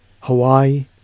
Hawaii